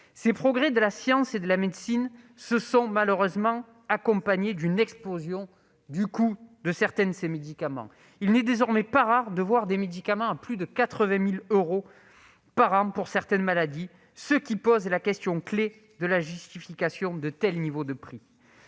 Ces progrès de la science et de la médecine se sont malheureusement accompagnés d'une explosion du coût de certains de ces médicaments. Il n'est désormais pas rare, pour certaines maladies, de voir des médicaments à plus de 80 000 euros par an, ce qui pose la question clé de la justification de tels niveaux de prix.